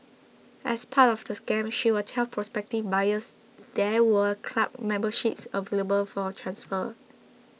as part of the scam she would tell prospective buyers there were club memberships available for transfer